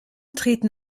treten